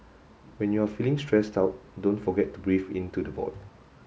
when you are feeling stressed out don't forget to breathe into the void